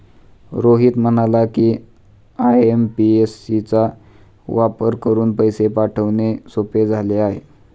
रोहित म्हणाला की, आय.एम.पी.एस चा वापर करून पैसे पाठवणे सोपे झाले आहे